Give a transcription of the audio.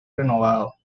renovado